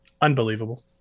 unbelievable